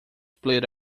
split